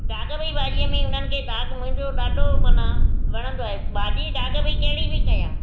दाघ पई भाॼीअ में उन्हनि खे दाघ मुंहिंजो ॾाढो मना वणंदो आहे भाॼी दाघ पई कहिड़ी बि कया